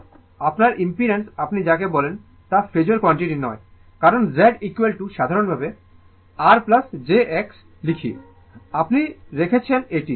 সুতরাং আপনার ইম্পিডেন্স আপনি যাকে বলেন তা ফেজোর কোয়ান্টিটি নয় কারণ Z সাধারণভাবে R j X আপনি রেখেছেন